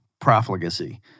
profligacy